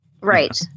Right